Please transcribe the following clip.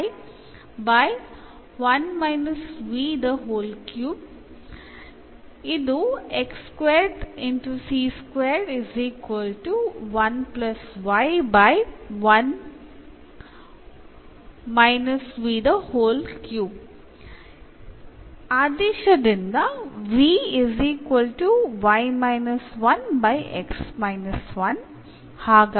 നമ്മൾ ഇപ്പോൾ ഇന്നു പഠിച്ചവ ഉപസംഹരിക്കുകയാണ്